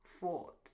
Ford